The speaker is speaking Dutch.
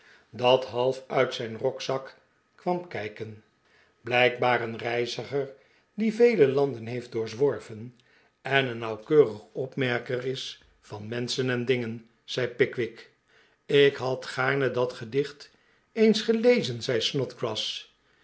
dat half uit zijn r'okzak kwam kijken biijkbaar een reiziger die vele landen heeft doorgezworven en een nauwkeurig opmerker is van menschen en dingen zei pickwick ik had gaarne dat gedicht eens gelezen zei